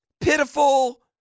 Pitiful